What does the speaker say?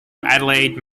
adelaide